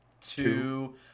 Two